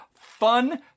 fun